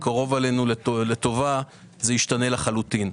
שתבוא עלינו בקרוב לטובה זה ישתנה לחלוטין.